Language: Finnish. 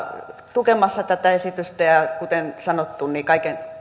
tukemassa tätä esitystä ja ja kuten sanottu